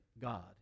God